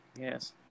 Yes